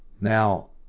Now